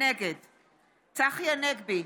נגד צחי הנגבי,